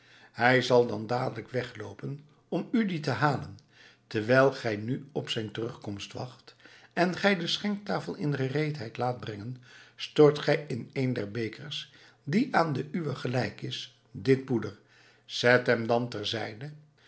hij zal dan dadelijk wegloopen om u dien te halen terwijl gij nu op zijn terugkomst wacht en gij den schenktafel in gereedheid laat brengen stort gij in een der bekers die aan den uwen gelijk is dit poeder zet hem dan